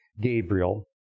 Gabriel